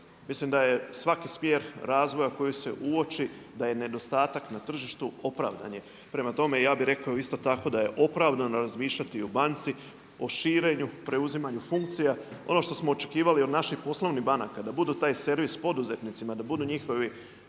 Mislim da je svaki smjer razvoja koji se uoči da ne nedostatak na tržištu opravdan je. Prema tome, ja bih rekao isto tako da je opravdano razmišljati o banci, o širenju, preuzimanju funkcija, ono što smo očekivali od naših poslovnih banaka da budu taj servis poduzetnicima, da budu njihovi